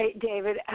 David